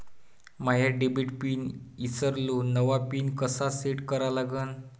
माया debit pin ईसरलो, नवा pin कसा सेट करा लागन?